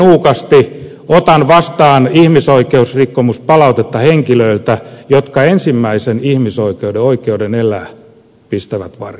kovin nuukasti otan vastaan ihmisoikeusrikkomuspalautetta henkilöiltä jotka ensimmäisen ihmisoikeuden oikeuden elää pistävät varjoon